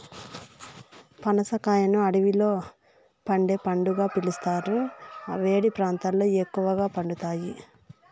పనస కాయను అడవిలో పండే పండుగా పిలుస్తారు, వేడి ప్రాంతాలలో ఎక్కువగా పండుతాయి